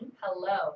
hello